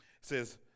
says